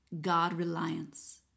God-reliance